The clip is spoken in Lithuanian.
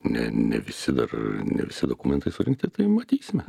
ne ne visi dar ne visi dokumentai surinkti tai matysime